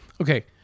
okay